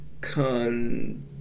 con